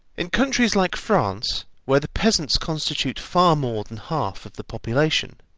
in countries like france, where the peasants constitute far more than half of the population,